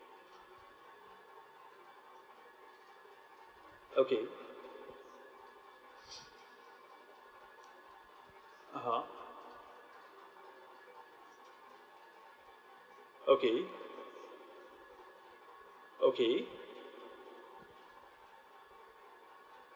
okay (uh huh) okay okay